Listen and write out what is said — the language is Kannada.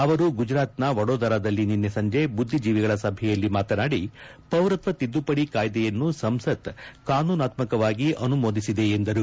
ಅವರು ಗುಜರಾತ್ನ ವಡೋದರಾದಲ್ಲಿ ನಿನ್ನೆ ಸಂಜೆ ಬುದ್ದಿಜೀವಿಗಳ ಸಭೆಯಲ್ಲಿ ಮಾತನಾಡಿ ಪೌರತ್ವ ತಿದ್ದುಪಡಿ ಕಾಯ್ದೆಯನ್ತು ಸಂಸತ್ ಕಾನೂನಾತ್ಮಕವಾಗಿ ಅನುಮೋದಿಸಿದೆ ಎಂದರು